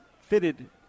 fitted